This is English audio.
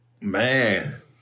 Man